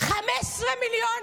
15 מיליון.